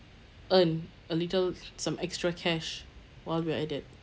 earn a little some extra cash while we're at it